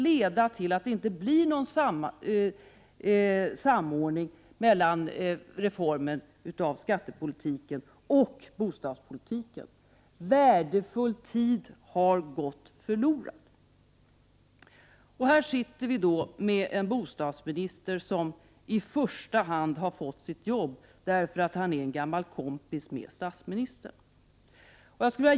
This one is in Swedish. Det blir inte någon samordning när det gäller den skattepolitiska reformen och bostadspolitiken. Värdefull tid har således gått förlorad. Vi har alltså en bostadsminister som i första hand har fått sitt jobb, därför att han är en gammal kompis till statsministern.